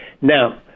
Now